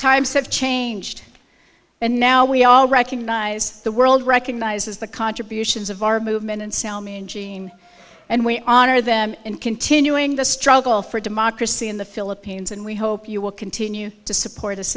times have changed and now we all recognize the world recognizes the contributions of our movement in selma and jean and we honor them in continuing the struggle for democracy in the philippines and we hope you will continue to support us